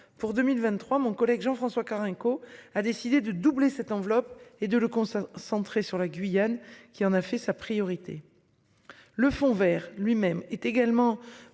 pour 2023. Mon collègue Jean-François Carenco, a décidé de doubler cette enveloppe et de le conserver, centré sur la Guyane, qui en a fait sa priorité. Le Fonds Vert lui-même est également